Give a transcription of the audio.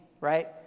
right